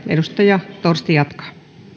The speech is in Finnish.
edustaja torsti jatkaa